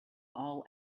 all